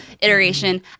iteration